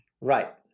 Right